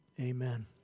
amen